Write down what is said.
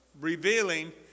revealing